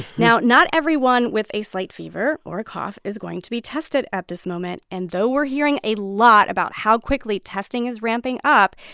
now, not everyone with a slight fever or a cough is going to be tested at this moment. and though we're hearing a lot about how quickly testing is ramping up,